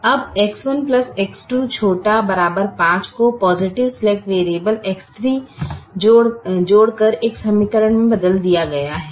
अब X1 X2 ≤ 5 को positive slack variable X3 जोड़कर एक समीकरण में बदल दिया गया है